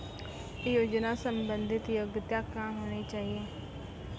योजना संबंधित योग्यता क्या होनी चाहिए?